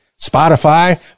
Spotify